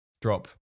drop